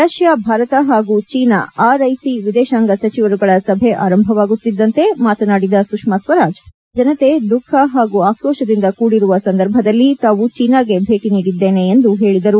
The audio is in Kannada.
ರಷ್ಯಾ ಭಾರತ ಹಾಗೂ ಚೀನಾ ಆರ್ಐಸಿ ವಿದೇಶಾಂಗ ಸಚಿವರುಗಳ ಸಭೆ ಆರಂಭವಾಗುತ್ತಿದ್ದಂತೆ ಮಾತನಾಡಿದ ಸುಷ್ಮಾ ಸ್ವರಾಜ್ ಭಾರತದ ಜನತೆ ದುಃಖ ಹಾಗೂ ಆಕ್ರೋಶದಿಂದ ಕೂಡಿರುವ ಸಂದರ್ಭದಲ್ಲಿ ತಾವು ಚೀನಾಗೆ ಭೇಟ ನೀಡಿದ್ದೇನೆ ಎಂದು ಹೇಳಿದರು